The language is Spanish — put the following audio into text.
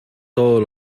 todos